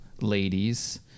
ladies